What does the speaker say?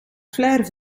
flair